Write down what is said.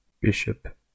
Bishop